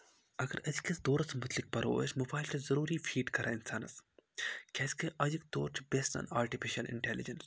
اَگر أزکِس دورَس مُتعلِق پَرو أسۍ موبایل چھِ ضروٗری فیٖڈ کَران اِنسانَس کیازکہِ اَزِکۍ دور چھِ بیسڈ آٹِفِشَل اِنٹیلِجَنس